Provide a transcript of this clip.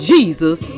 Jesus